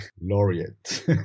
laureate